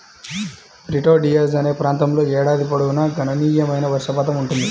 Prieto Diaz అనే ప్రాంతంలో ఏడాది పొడవునా గణనీయమైన వర్షపాతం ఉంటుంది